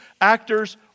actors